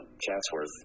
Chatsworth